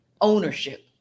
ownership